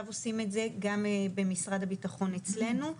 עושים את זה גם במשרד הביטחון אצלנו.